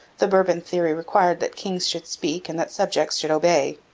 the bourbon theory required that kings should speak and that subjects should obey.